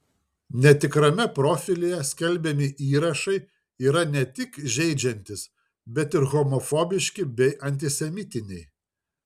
netikrame profilyje skelbiami įrašai yra ne tik žeidžiantys bet ir homofobiški bei antisemitiniai